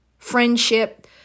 friendship